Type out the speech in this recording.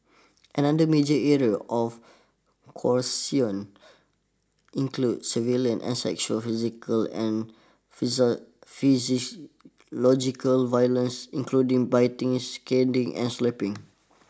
another major area of coercion include surveillance and sexual physical and violence including biting scalding and slapping